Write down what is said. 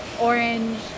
orange